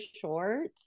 short